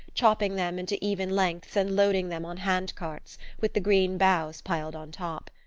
chopping them into even lengths and loading them on hand-carts, with the green boughs piled on top.